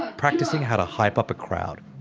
practising how to hype up a crowd.